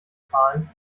zahlen